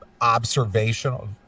observational